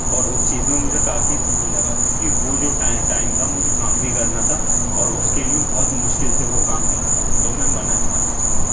اور اس چیز میں مجھے کافی صحیح لگا کیونکہ وہ جو ٹائم تھا مجھے کام بھی کرنا تھا اور اس کے لیے بہت مشکل سے وہ کام ملا تھا تو میں منع نہیں کرنا چاہتا تھا